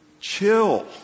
chill